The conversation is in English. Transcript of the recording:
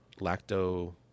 lacto